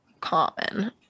common